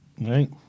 Right